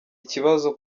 ikibazo